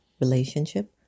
relationship